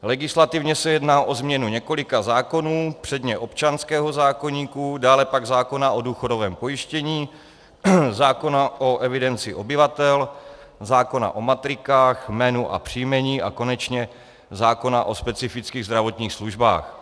Legislativně se jedná o změnu několika zákonů, předně občanského zákoníku, dále pak zákona o důchodovém pojištění, zákona o evidenci obyvatel, zákona o matrikách, jménu a příjmení a konečně zákona o specifických zdravotních službách.